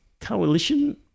Coalition